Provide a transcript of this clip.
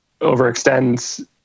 overextends